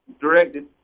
directed